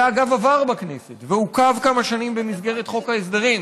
זה אגב עבר בכנסת ועוכב כמה שנים במסגרת חוק ההסדרים.